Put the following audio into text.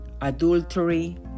adultery